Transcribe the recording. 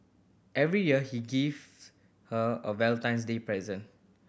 every year he gives her a Valentine's Day present